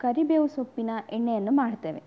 ಕರಿಬೇವು ಸೊಪ್ಪಿನ ಎಣ್ಣೆಯನ್ನು ಮಾಡ್ತೇವೆ